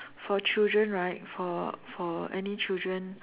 for children right for for any children